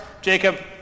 Jacob